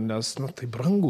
nes tai brangu